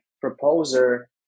proposer